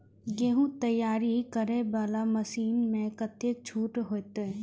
गेहूं तैयारी करे वाला मशीन में कतेक छूट होते?